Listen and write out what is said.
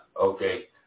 Okay